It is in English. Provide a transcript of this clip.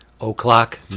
o'clock